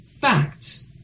facts